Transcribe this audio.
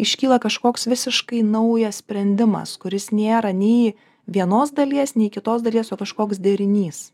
iškyla kažkoks visiškai naujas sprendimas kuris nėra nei vienos dalies nei kitos dalies o kažkoks derinys